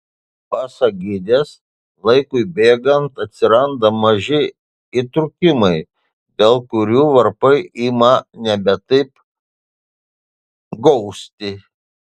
pasak gidės laikui bėgant atsiranda maži įtrūkimai dėl kurių varpai ima nebe taip gausti